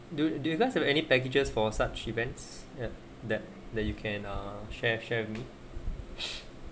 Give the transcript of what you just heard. do do you guys have any packages for such events and that that you can uh share share with me